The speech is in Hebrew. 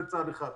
זה צעד אחד.